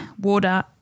water